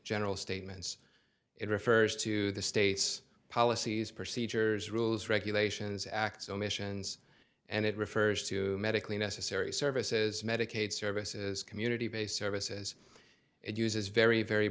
general statements it refers to the state's policies procedures rules regulations acts omissions and it refers to medically necessary services medicaid services community based services it uses very very